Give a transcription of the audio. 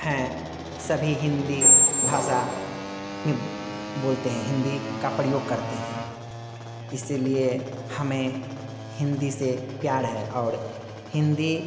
हैं सभी हिंदी भाषा बोलते हैं हिंदी का परयोग करते हैं इसके लिए हमें हिंदी से प्यार है और हिंदी